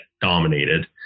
dominated